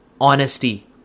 honesty